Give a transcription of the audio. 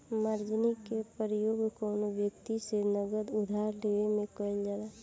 margin के प्रयोग कौनो व्यक्ति से नगद उधार लेवे में कईल जाला